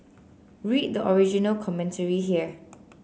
read the original commentary here